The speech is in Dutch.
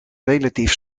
relatief